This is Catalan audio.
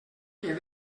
que